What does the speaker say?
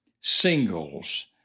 singles